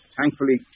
Thankfully